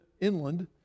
inland